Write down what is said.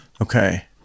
Okay